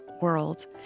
world